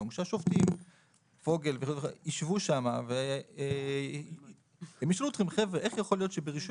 השופטים ישבו שם וישאלו אתכם איך יכול להיות שברישוי